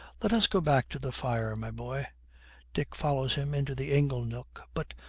let us go back to the fire, my boy dick follows him into the ingle-nook. but,